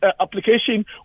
application